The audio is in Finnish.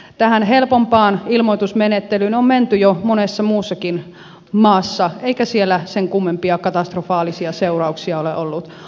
tähän helpompaan ilmoitusmenettelyyn on menty jo monessa muussakin maassa eikä siellä sen kummempia katastrofaalisia seurauksia ole ollut